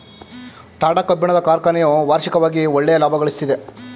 ಟಾಟಾ ಕಬ್ಬಿಣದ ಕಾರ್ಖನೆಯು ವಾರ್ಷಿಕವಾಗಿ ಒಳ್ಳೆಯ ಲಾಭಗಳಿಸ್ತಿದೆ